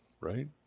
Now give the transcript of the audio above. Right